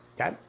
okay